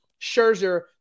Scherzer